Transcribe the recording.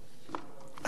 השכר הממוצע,